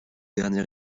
dernier